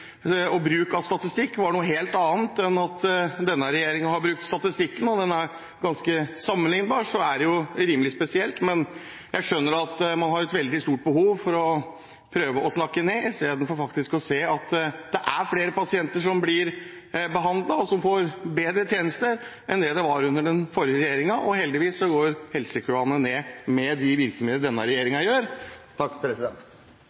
egen bruk av statistikk var noe helt annet enn denne regjeringens bruk av statistikk – og den er ganske sammenliknbar – er det rimelig spesielt. Men jeg skjønner at man har et veldig stort behov for å prøve å snakke ned i stedet for faktisk å se at det er flere pasienter som blir behandlet og som får bedre tjenester, enn det det var under den forrige regjeringen – og heldigvis går helsekøene ned med de virkemidlene og det denne